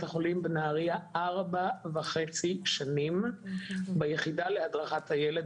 החולים בנהריה ארבע וחצי שנים ביחידה להדרכת הילד,